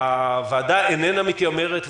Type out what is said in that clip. הוועדה אינה מתיימרת,